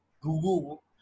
google